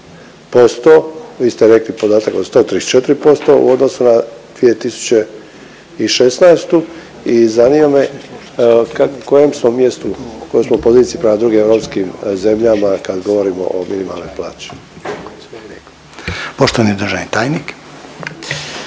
vi ste rekli podatak od 134%, u odnosu na 2016. i zanima me, na kojem smo mjestu, kojoj smo poziciji prema drugim europskim zemljama kad govorimo o minimalnoj plaći? **Reiner, Željko